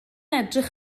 edrych